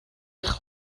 eich